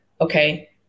okay